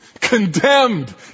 condemned